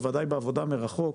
בוודאי בעבודה מרחוק,